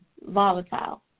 volatile